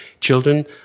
children